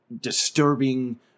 disturbing